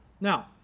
Now